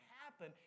happen